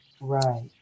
right